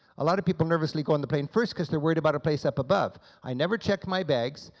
a lot of people nervously go on the plane first because they're worried about a place up above. i never check my bags,